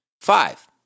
Five